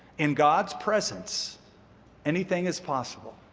in god's presence anything is possible.